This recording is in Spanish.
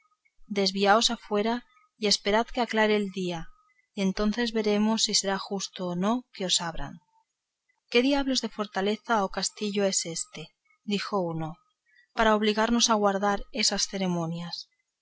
desviaos afuera y esperad que aclare el día y entonces veremos si será justo o no que os abran qué diablos de fortaleza o castillo es éste dijo uno para obligarnos a guardar esas ceremonias